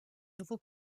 nouveau